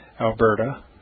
Alberta